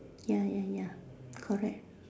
ya ya ya correct